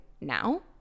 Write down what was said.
now